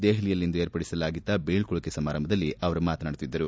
ದೆಹಲಿಯಲ್ಲಿಂದು ಏರ್ಪಡಿಸಲಾಗಿದ್ದ ಬೀಳ್ನೊಡುಗೆ ಸಮಾರಂಭದಲ್ಲಿ ಅವರು ಮಾತನಾಡುತ್ತಿದ್ದರು